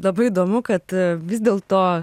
labai įdomu kad vis dėlto